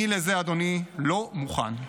לזה, אדוני, אני לא מוכן.